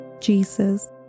Jesus